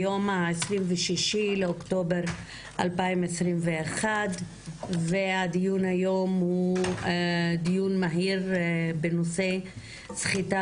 היום ה-26 באוקטובר 2021 והדיון היום הוא דיון מהיר בנושא סחיטה